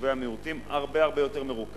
יישובי המיעוטים, הרבה יותר מרוכך